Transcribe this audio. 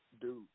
dude